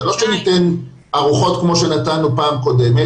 זה לא שניתן ארוחות כמו שנתנו בפעם הקודמת,